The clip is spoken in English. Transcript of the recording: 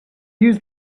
use